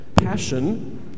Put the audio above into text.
Passion